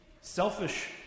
selfish